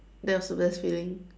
that was the best feeling